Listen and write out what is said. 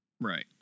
right